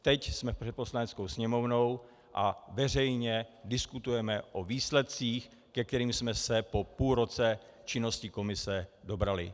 Teď jsme před Poslaneckou sněmovnou a veřejně diskutujeme o výsledcích, ke kterým jsme se po půl roce činnosti komise dobrali.